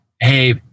Hey